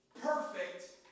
perfect